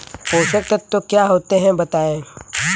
पोषक तत्व क्या होते हैं बताएँ?